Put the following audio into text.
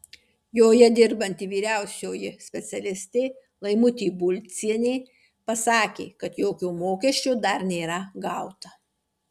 joje dirbanti vyriausioji specialistė laimutė bulcienė pasakė kad jokio mokesčio dar nėra gauta